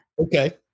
Okay